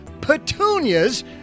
petunias